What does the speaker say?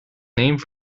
named